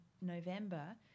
November